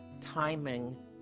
timing